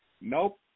Nope